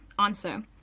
answer